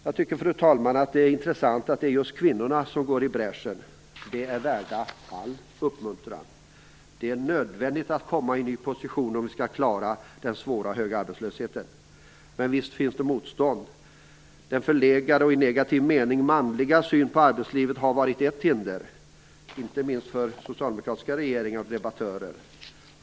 Jag tycker, fru talman, att det är intressant att det just är kvinnorna som går i bräschen. De är värda all uppmuntran. Det är nödvändigt att komma i en ny position om vi skall klara den svåra och höga arbetslösheten. Men visst finnst det motstånd. Den förlegade och i negativ mening manliga synen på arbetslivet har varit ett hinder, inte minst för socialdemokratiska regeringar och debattörer.